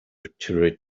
return